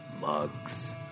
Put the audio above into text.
mugs